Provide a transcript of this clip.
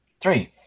Three